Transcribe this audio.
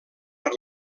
per